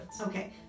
Okay